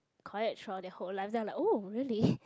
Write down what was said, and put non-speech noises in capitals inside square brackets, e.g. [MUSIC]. collect throughout their whole life then I was like oh really [BREATH]